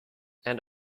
and